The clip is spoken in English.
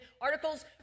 articles